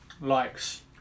likes